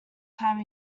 time